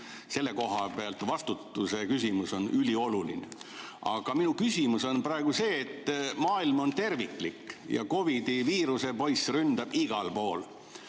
Selle koha pealt vastutuse küsimus on ülioluline. Aga minu küsimus on praegu see, et maailm on tervik ja viirusepoiss ründab igal pool.